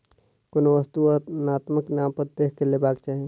कोनो वस्तु वर्णनात्मक नामपत्र देख के लेबाक चाही